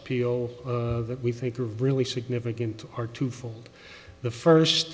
appeal that we think are really significant are twofold the first